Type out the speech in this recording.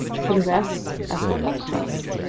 for the rest, i put my trust,